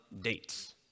dates